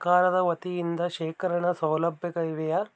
ಸರಕಾರದ ವತಿಯಿಂದ ಶೇಖರಣ ಸೌಲಭ್ಯಗಳಿವೆಯೇ?